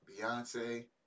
Beyonce